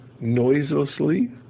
noiselessly